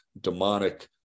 demonic